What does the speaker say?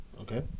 Okay